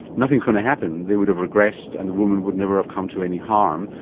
nothing is going to happen, they would have regressed and the woman would never have come to any harm,